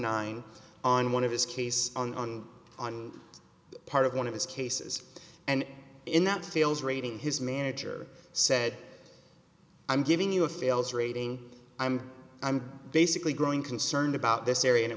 nine on one of his case on on part of one of his cases and in that fails rating his manager said i'm giving you a fails rating and i'm basically growing concerned about this area